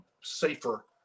safer